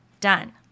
done